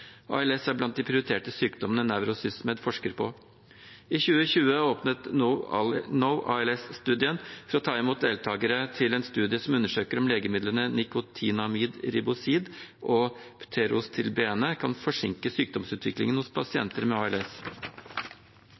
ALS er blant de prioriterte sykdommen Neuro-SysMed forsker på. I 2020 åpnet NO-ALS-studien for å ta imot deltakere til en studie som undersøker om legemidlene nikotinamid ribosid og pterostilbene kan forsinke sykdomsutviklingen hos pasienter med ALS.